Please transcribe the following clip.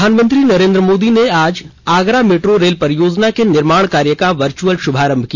प्रधानमंत्री नरेंद्र मोदी ने आज आगरा मेट्रो रेल परियोजना के निर्माण कार्य का वर्चुअल शुभारंभ किया